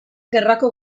gerrako